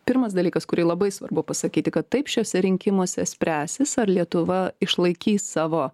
pirmas dalykas kurį labai svarbu pasakyti kad taip šiuose rinkimuose spręsis ar lietuva išlaikys savo